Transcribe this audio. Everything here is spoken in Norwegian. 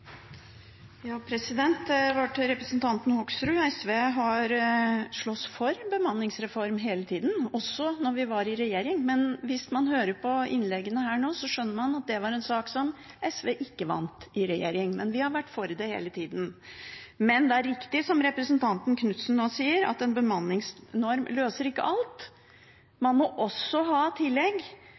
representanten Hoksrud: SV har slåss for bemanningsreform hele tida, også da vi var i regjering. Men hvis man hører på innleggene her nå, skjønner man at det var en sak som SV ikke vant i regjering. Men vi har vært for det hele tida. Det er riktig som representanten Knutsen nå sier, at en bemanningsnorm ikke løser alt. Man må ha med dette med kvalitet og omfang i tillegg.